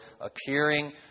appearing